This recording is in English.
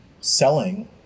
selling